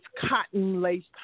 cotton-laced